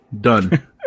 Done